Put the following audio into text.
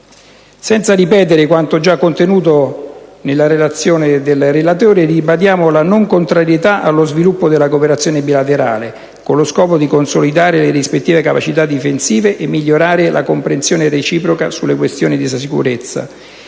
Senza ripetere quanto già contenuto nella relazione del relatore, ribadiamo la non contrarietà allo sviluppo della cooperazione bilaterale, con lo scopo di consolidare le rispettive capacità difensive e migliorare la comprensione reciproca sulle questioni della sicurezza.